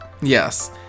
Yes